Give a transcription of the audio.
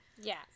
Yes